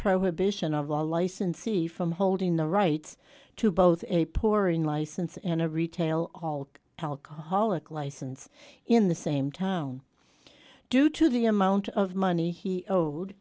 prohibition of all licensee from holding the rights to both a poor in license and a retail halt alcoholic license in the same town due to the amount of money he owed